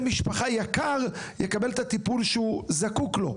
משפחה יקר יקבל את הטיפול שהוא זקוק לו".